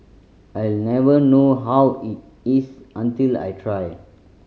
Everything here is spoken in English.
I'll never know how it is until I try